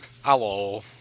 Hello